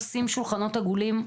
אנחנו עושים שולחנות עגולים,